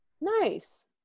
Nice